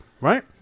right